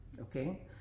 okay